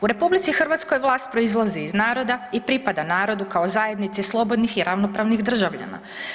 U RH vlast proizlazi iz naroda i pripada narodu kao zajednici slobodnih i ravnopravnih državljana.